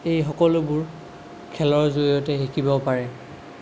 এই সকলোবোৰ খেলৰ জৰিয়তে শিকিব পাৰে